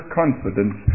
confidence